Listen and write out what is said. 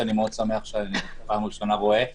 שאני מאוד שמח שאני פעם ראשונה רואה פנים,